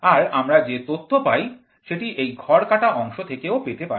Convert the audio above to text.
আর আমরা যে তথ্য পাই সেটি এই ঘর কাটা অংশ থেকে থেকেও পেতে পারি